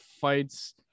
fights